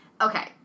okay